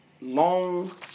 long